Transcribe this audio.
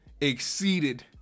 exceeded